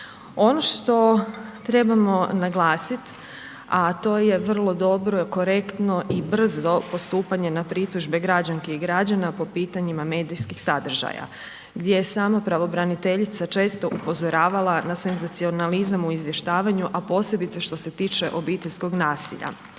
Ono što trebamo naglasit, a to je vrlo dobro, korektno i brzo postupanje na pritužbe građanki i građana po pitanjima medijskih sadržaja, gdje je samo pravobraniteljica često upozoravala na senzacionalizam u izvještavanju, a posebice što se tiče obiteljskog nasilja.